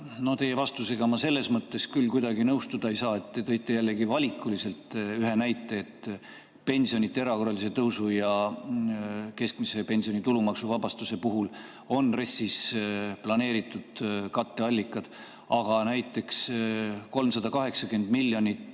No teie vastusega ma selles mõttes kuidagi nõustuda ei saa, te tõite jälle kuidagi valikuliselt ühe näite. Pensionide erakorralise tõusu ja keskmise pensioni tulumaksuvabastuse puhul on RES‑is planeeritud katteallikad, aga näiteks 380 miljonil